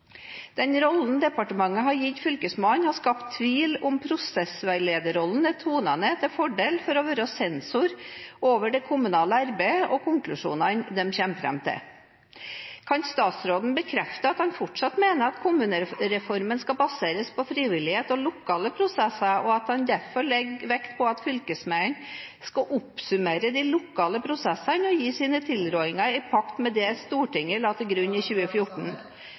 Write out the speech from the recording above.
Den rollen departementet har gitt fylkesmannen, har skapt tvil om prosessveilederrollen er tonet ned til fordel for å være sensor over det kommunale arbeidet og konklusjonene de kommer fram til. Kan statsråden bekrefte at han fortsatt mener at kommunereformen skal baseres på frivillighet og lokale prosesser, og at han derfor legger vekt på at fylkesmennene skal oppsummere de lokale prosessene og gi sine tilrådninger i pakt med det Stortinget la til grunn i 2014?